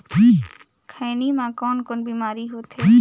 खैनी म कौन कौन बीमारी होथे?